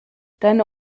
deine